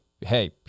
hey